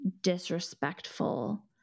disrespectful